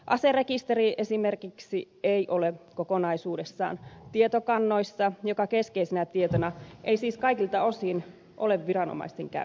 aserekisteri esimerkiksi ei ole kokonaisuudessaan tietokannoissa ja se keskeisenä tietona ei siis kaikilta osin ole viranomaisten käytössä